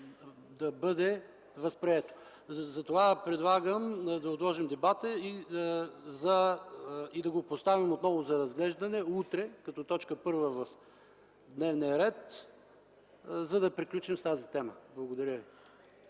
да бъде възприето. Затова предлагам да отложим дебата и да го поставим отново за разглеждане утре като т. 1 в дневния ред, за да приключим с тази тема. Благодаря ви.